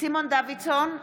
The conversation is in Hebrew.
סימון דוידסון,